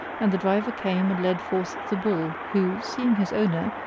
and the driver came and led forth the bull who, seeing his owner,